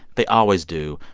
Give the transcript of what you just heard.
they always do.